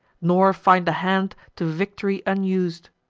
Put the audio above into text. nor find a hand to victory unus'd.